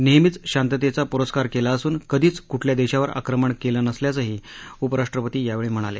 नेहमीच शांततेचा पुरस्कार केला असून कधीच कुठल्या देशावर आक्रमण केलं नसल्याचंही उपराष्ट्रपती यावेळी म्हणाले